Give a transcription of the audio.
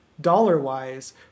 dollar-wise